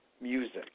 music